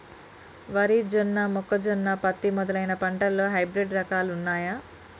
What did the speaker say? వరి జొన్న మొక్కజొన్న పత్తి మొదలైన పంటలలో హైబ్రిడ్ రకాలు ఉన్నయా?